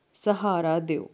ਸਹਾਰਾ ਦਿਓ